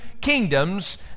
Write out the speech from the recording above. kingdoms